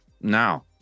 now